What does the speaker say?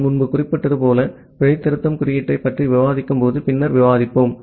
நான் முன்பு குறிப்பிட்டது போல பிழை திருத்தும் குறியீட்டைப் பற்றி விவாதிக்கும்போது பின்னர் விவாதிப்போம்